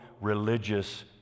religious